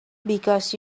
because